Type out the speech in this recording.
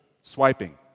swiping